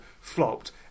flopped